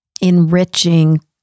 enriching